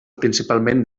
principalment